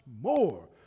more